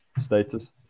status